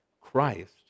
Christ